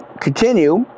continue